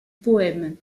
poème